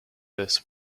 this